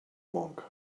monk